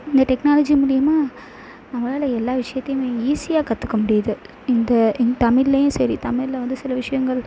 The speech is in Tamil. இந்த டெக்னாலஜி மூலிமா நம்மளால் எல்லா விஷயத்தையுமே ஈஸியாக கற்றுக்க முடியுது இந்த இன் தமிழ்லேயும் சரி தமிழில் வந்து சில விஷயங்கள்